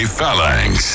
Phalanx